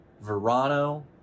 Verano